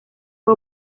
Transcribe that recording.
fue